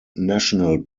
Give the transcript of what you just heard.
national